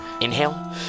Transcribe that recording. Inhale